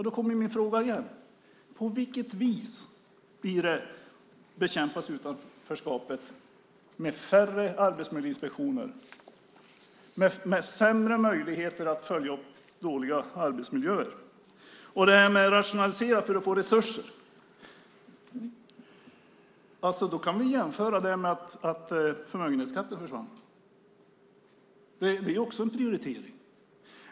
Då blir min fråga igen: På vilket vis bekämpas utanförskapet med färre arbetsmiljöinspektioner och med sämre möjligheter att följa upp dåliga arbetsmiljöer? Att rationalisera för att få resurser kan vi ställa i relation till att förmögenhetsskatten försvann. Det är ju också en prioritering!